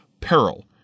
peril